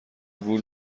گول